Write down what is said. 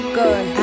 good